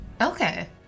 Okay